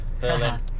berlin